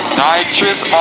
nitrous